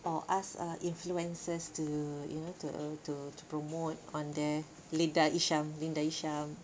or ask uh or ask uh influencers to you know to to to promote on their Linda Hisham Linda Hisham